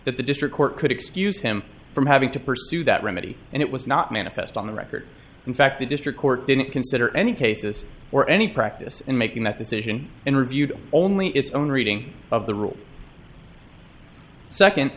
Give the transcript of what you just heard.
that the district court could excuse him from having to pursue that remedy and it was not manifest on the record in fact the district court didn't consider any cases or any practice in making that decision and reviewed only its own reading of the rules second